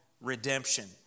redemption